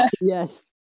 Yes